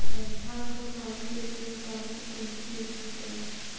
संस्थानक स्वामी के शेयर स्वामित्व पूंजी के रूप में छल